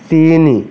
ତିନି